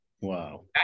Wow